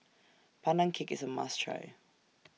Pandan Cake IS A must Try